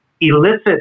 elicit